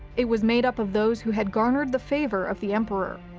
it was made up of those who had garnered the favor of the emperor,